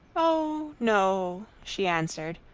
oh, no, she answered,